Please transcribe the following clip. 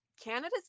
Canada's